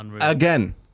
Again